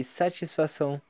satisfação